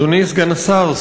אדוני סגן השר,